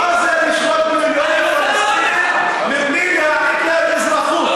מה זה לשלוט במיליוני פלסטינים מבלי להעניק להם אזרחות?